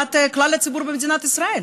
טובת כלל הציבור במדינת ישראל.